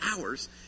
hours